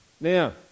Now